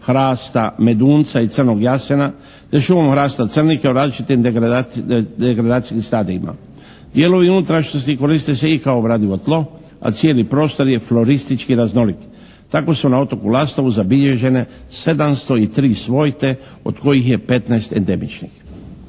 hrasta, medunca i crnog jasena te šumom hrasta crnike u različitim degradacijskim stadijima. Dijelovi unutrašnjosti koriste se i kao obradivo tlo, a cijeli prostor je floristički raznolik. Tako su na otoku Lastovu zabilježene 703 svojte od kojih je 15 endemičnih.